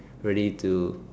ready to